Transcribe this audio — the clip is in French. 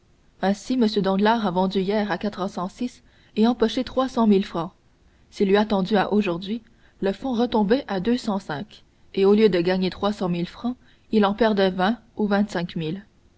ainsi m danglars a vendu hier à quatre cent six et empoché trois cent mille francs s'il eût attendu à aujourd'hui le fonds retombait à deux cent cinq et au lieu de gagner trois cent mille francs il en perdait vingt ou